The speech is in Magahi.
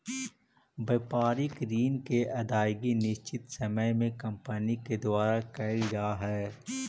व्यापारिक ऋण के अदायगी निश्चित समय में कंपनी के द्वारा कैल जा हई